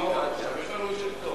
הכלכלה